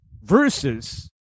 versus